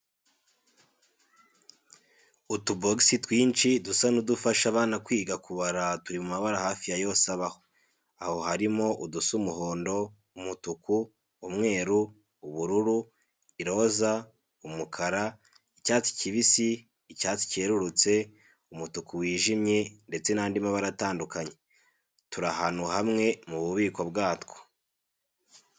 Utubogisi twinshi dusa n'udufasha abana kwiga kubara turi mu mbabara hafi yose abaho, aho harimo udusa umuhondo, umutuku, umweru, ubururu, iroza, umukara, icyatsi kibisi, icyatsi cyerurutse, umutuku wijimye ndetse n'andi mabara atandukanye. Turi ahantu hamwe mu bubiko bwatwo.